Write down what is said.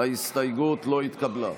ההסתייגות לא התקבלה.